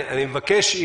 אני מבקש,